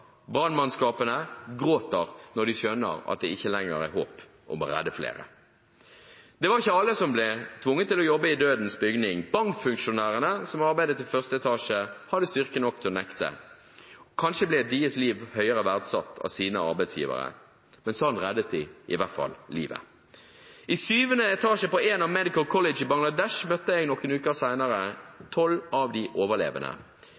Brannmannskapene gråter når de skjønner at det ikke lenger er håp om å redde flere. Det var ikke alle som ble tvunget til å jobbe i dødens bygning. Bankfunksjonærene, som arbeidet i første etasje, hadde styrke nok til å nekte. Kanskje ble deres liv høyere verdsatt av deres arbeidsgivere. Men sånn reddet de i hvert fall livet. I syvende etasje på Enam Medical College i Bangladesh møtte jeg noen uker senere tolv av de overlevende.